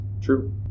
true